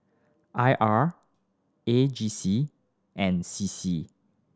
I R A G C and C C